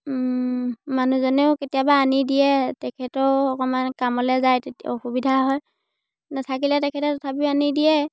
মানুহজনেও কেতিয়াবা আনি দিয়ে তেখেতেও অকমান কামলে যায় তেতিয়া অসুবিধা হয় নাথাকিলে তেখেতে তথাপিও আনি দিয়ে